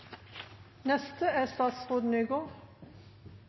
neste er